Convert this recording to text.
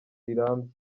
rirambye